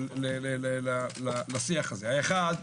האחד,